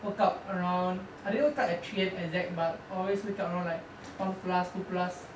woke up around I didn't wake up at three A_M exact but I always wake up around like one plus two plus